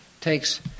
takes